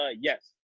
yes